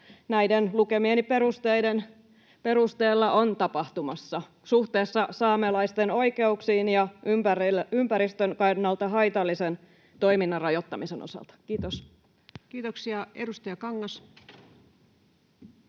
perusteiden perusteella on tapahtumassa suhteessa saamelaisten oikeuksiin ja ympäristön kannalta haitallisen toiminnan rajoittamisen osalta. — Kiitos. Kiitoksia. — Edustaja Kangas.